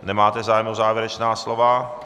Nemáte zájem o závěrečná slova.